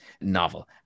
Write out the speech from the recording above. novel